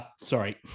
Sorry